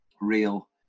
real